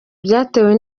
byatewe